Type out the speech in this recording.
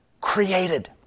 created